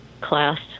class